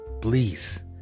please